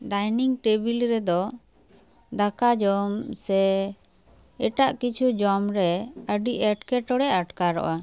dining table ᱨᱮᱫᱚ ᱫᱟᱠᱟ ᱡᱚᱢ ᱥᱮ ᱮᱴᱟᱜ ᱠᱤᱪᱷᱩ ᱡᱚᱢ ᱨᱮ ᱟᱹᱰᱤ ᱮᱴᱠᱮᱴᱚᱲᱮ ᱟᱴᱠᱟᱨᱚᱜᱼᱟ